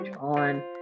on